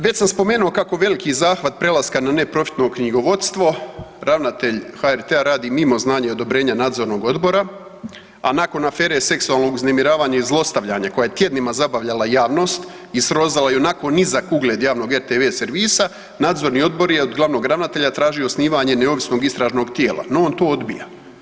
Već sam spomenuo kako veliki zahvat prelaska na neprofitno knjigovodstvo ravnatelj HRT-a radi mimo znanja i odobrenja Nadzornog odbora, a nakon afere seksualnog uznemiravanja i zlostavljanja koje je tjednima zabavljala javnost i srozala ionako nizak ugled javnog RTV servisa, Nadzorni odbor je od glavnog ravnatelja tražio osnivanje neovisnog istražnog tijela, no on to odbija.